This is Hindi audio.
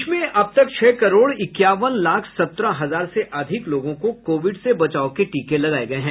देश में अब तक छह करोड इक्यावन लाख सत्रह हजार से अधिक लोगों को कोविड से बचाव के टीके लगाये गये हैं